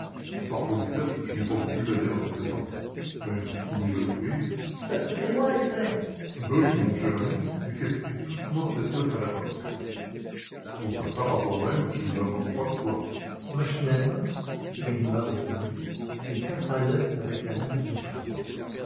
par politesse je n'ai pas voulu la lire en votre présence mais si vous m'y autorisez vous vous moquez de moi lupin veuillez mon cher ami décapiter doucement cet oeuf à la coque vous constaterez par vous-même que je ne me moque pas de vous machinalement ganimard obéit et cassa l'oeuf avec la lame d'un couteau